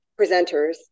presenters